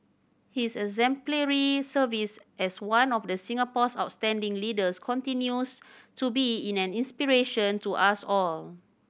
his exemplary service as one of the Singapore's outstanding leaders continues to be in an inspiration to us all